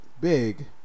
Big